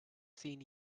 seen